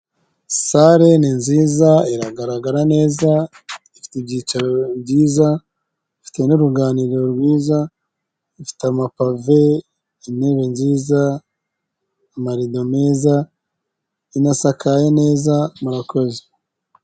Sale ni nziza iragaragara neza ifite ibyicaro byiza ifite n'uruganiriro rwiza ifite amapave, intebe nziza ,amarido meza inasakaye neza murakoze.